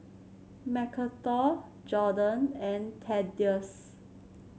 Macarthur Jordon and Thaddeus